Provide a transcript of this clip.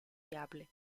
viable